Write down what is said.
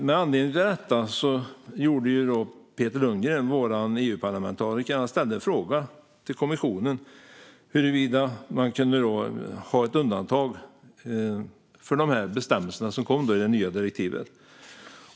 Med anledning av detta ställde vår EU-parlamentariker Peter Lundgren en fråga till kommissionen om man kunde ha ett undantag från bestämmelserna i det nya direktivet.